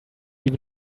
even